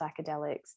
psychedelics